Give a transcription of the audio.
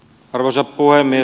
arvoisa puhemies